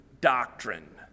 doctrine